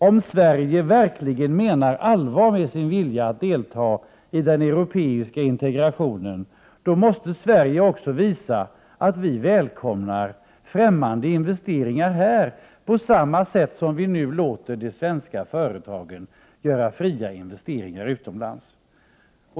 Om Sverige verkligen menar allvar med sin vilja att delta i den europeiska integrationen måste Sverige också visa att vårt land välkomnar främmande investeringar här på samma sätt som vi nu låter svenska företag göra fria investeringar utomlands.